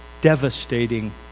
devastating